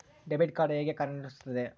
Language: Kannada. ಡೆಬಿಟ್ ಕಾರ್ಡ್ ಹೇಗೆ ಕಾರ್ಯನಿರ್ವಹಿಸುತ್ತದೆ?